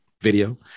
video